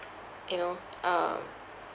you know um